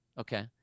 Okay